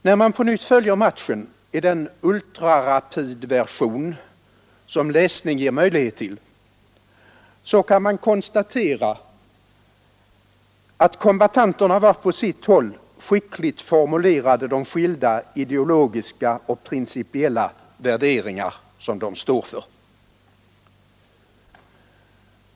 När man på nytt följer matchen i den ultrarapidversion som läsning ger möjlighet till, så kan man konstatera att kombattanterna var och en på sitt håll skickligt formulerade de skilda ideologiska och principiella värderingar som de står för.